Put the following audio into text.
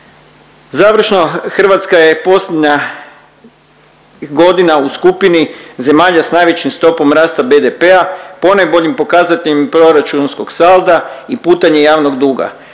Završno, Hrvatska je posljednja godina u skupini zemalja s najvećim stopom rasta BDP-a ponajboljim pokazateljem proračunskog sada i putanja javnog duga,